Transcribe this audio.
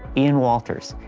ian walters.